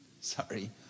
Sorry